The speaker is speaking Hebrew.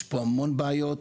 יש פה המון בעיות,